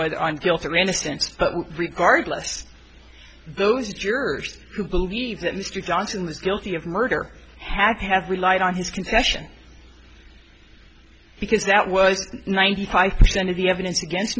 whether i'm guilty or innocent but regardless those jerks who believe that mr johnson was guilty of murder had have relied on his confession because that was ninety five percent of the evidence against